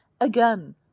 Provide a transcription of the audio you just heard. Again